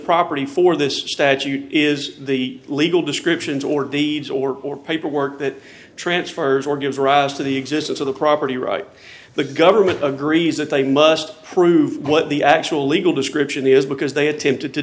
property for this statute is the legal descriptions or deeds or or paperwork that transfers or gives rise to the existence of the property right the government agrees that they must prove what the actual legal description is because they attempted to